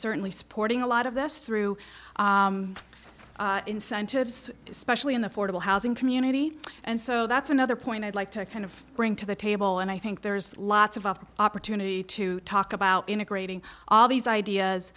certainly supporting a lot of this through incentives especially in the fordable housing community and so that's another point i'd like to kind of bring to the table and i think there's lots of opportunity to talk about integrating all these ideas